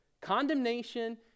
condemnation